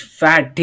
fat